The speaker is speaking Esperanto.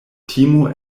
timo